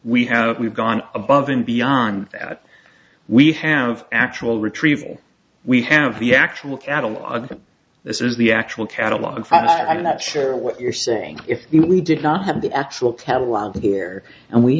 we have we've gone above and beyond that we have actual retrieval we have the actual catalog this is the actual catalog and i'm not sure what you're saying if we did not have the actual tell allowed here and we